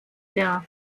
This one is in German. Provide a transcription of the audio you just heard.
der